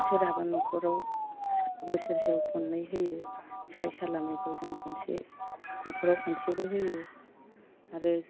सोरहाबा न'खराव बोसोरसेयाव खननै होयो साय सालामिखौ जोङो खनसे न'खराव खनसेबो होयो आरो